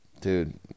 dude